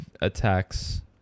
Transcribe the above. attacks